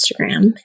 Instagram